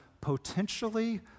potentially